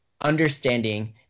understanding